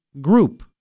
group